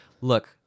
Look